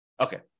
Okay